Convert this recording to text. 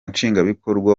nshingwabikorwa